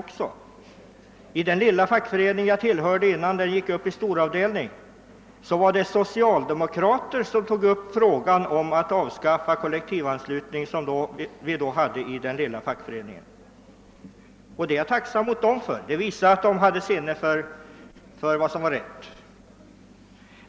:T den lilla fackförening jag tillhörde innan den gick upp i storavdelning var det socialdemokrater som tog upp frågan om att avskaffa kollektivanslutningen som vi tidigare hade inom fackföreningen. Och det är jag tacksam mot dem för — det visade att de hade sinne för vad som var rätt.